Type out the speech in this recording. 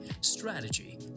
strategy